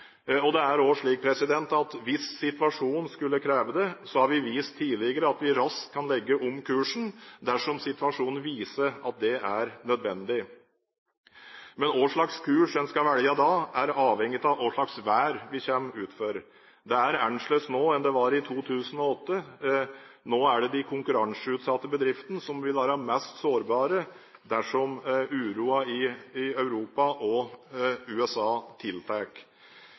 Hvis situasjonen krever at det er nødvendig, har vi tidligere vist at vi raskt kan legge om kursen. Men hvilken kurs man skal velge da, er avhengig av hva slags «vær» vi kommer ut for. Det er annerledes nå enn det var i 2008. Nå er det de konkurranseutsatte bedriftene som vil være mest sårbare dersom uroen i Europa og USA